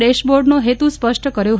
dash બોર્ડનો હેતુ સ્પષ્ટ કર્યો હતો